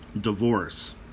Divorce